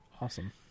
Awesome